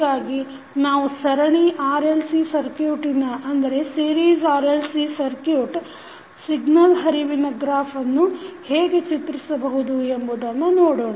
ಹೀಗಾಗಿ ನಾವು ಸರಣಿ RLC ಸರ್ಕುಟಿನ ಸಿಗ್ನಲ್ ಹರಿವಿನ ಗ್ರಾಫ್ ಅನ್ನು ಹೇಗೆ ಚಿತ್ರಿಸಬಹುದು ಎಂಬುದನ್ನು ನೋಡೋಣ